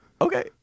Okay